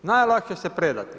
Najlakše se predati.